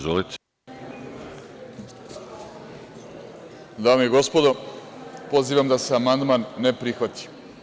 Dame i gospodo, pozivam da se amandman ne prihvati.